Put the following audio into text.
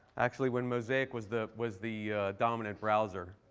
actually when mosaic was the was the dominant browser.